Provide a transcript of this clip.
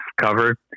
covered